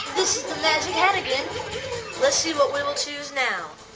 this is the magic hat again let's see what we will choose now